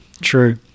true